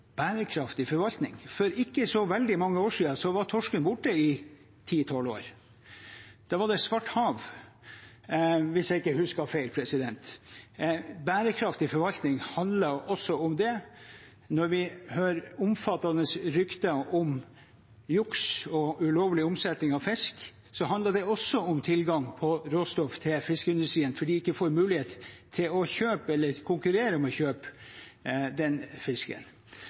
bærekraftig forvaltning. For ikke så veldig mange år siden var torsken borte i 10–12 år. Da var det svart hav, hvis jeg ikke husker feil. Bærekraftig forvaltning handler også om det. Når vi hører omfattende rykter om juks og ulovlig omsetning av fisk, handler det også om tilgang på råstoff til fiskeindustrien fordi de ikke får mulighet til å kjøpe eller konkurrere om å kjøpe den fisken.